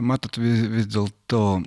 matot vis dėl to